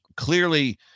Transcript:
Clearly